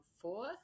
four